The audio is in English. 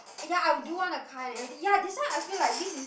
ya I do want to car and everything ya that's why I feel like this is